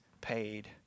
paid